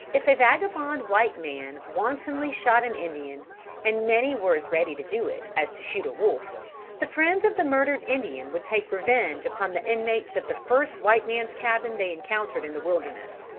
if a vagabond white man wantonly shot an indian and many were as ready to do it as to shoot a wolf the friends of the murdered indian would take revenge upon the inmates of the first white man's cabin they encountered in the wilderness.